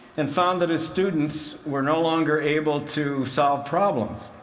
and found that his students were no longer able to solve problems.